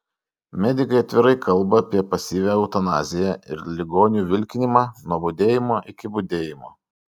medikai atvirai kalba apie pasyvią eutanaziją ir ligonių vilkinimą nuo budėjimo iki budėjimo